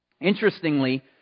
Interestingly